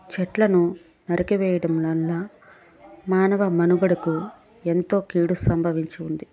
చెట్లను నరికి వేయడం వలన మానవ మనుగడకు ఎంతో కీడు సంభవించి ఉంది